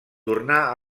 tornà